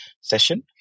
session